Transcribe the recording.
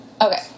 Okay